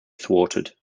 thwarted